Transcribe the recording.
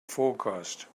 forecast